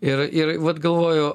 ir ir vat galvoju